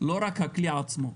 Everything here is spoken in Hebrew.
לא רק הכלי עצמו,